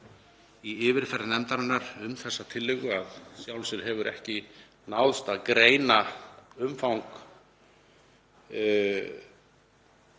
í yfirferð nefndarinnar um þessa tillögu að í sjálfu sér hefur ekki náðst að greina umfang